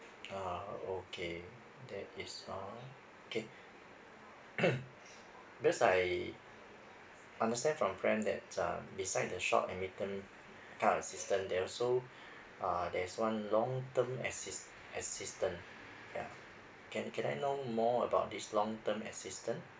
uh okay that is uh okay because I understand from friend that uh beside the short and midterm kind of assistant there also uh there's one long term assist assistant ya can can I know more about this long term assistant